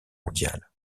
mondiale